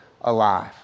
alive